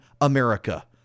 America